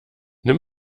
nimm